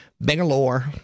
Bangalore